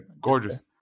gorgeous